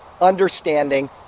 understanding